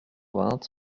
vingt